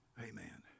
Amen